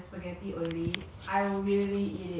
ya I think it's very good also until I went to